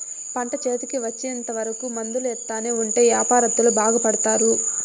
పంట చేతికి వచ్చేంత వరకు మందులు ఎత్తానే ఉంటే యాపారత్తులు బాగుపడుతారు